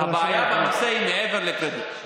אבל הבעיה בנושא היא מעבר לקרדיט.